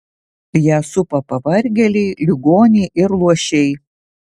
ją supa pavargėliai ligoniai ir luošiai